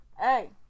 Hey